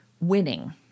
winning